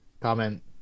Comment